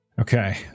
okay